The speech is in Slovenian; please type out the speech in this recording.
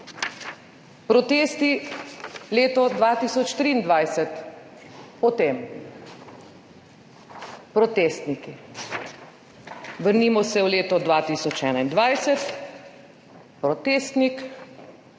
Protesti, leto 2023, po tem. Protestniki. Vrnimo se v leto 2021: protestnik,